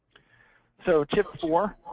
so tip four,